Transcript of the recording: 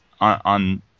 On